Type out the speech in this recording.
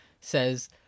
says